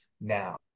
now